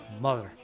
Mother